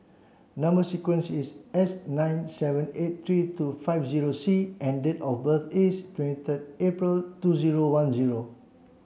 number sequence is S nine seven eight three two five zero C and date of birth is twenty third April two zero one zero